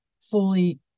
fully